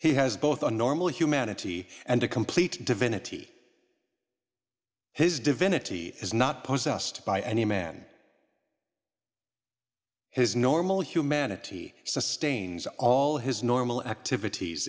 he has both a normal humanity and a complete divinity his divinity is not pose us to by any man his normal humanity sustains all his normal activities